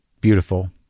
beautiful